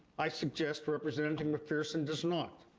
i suggest representative mcpherson does not.